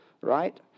Right